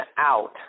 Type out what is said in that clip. out